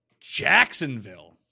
Jacksonville